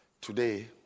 today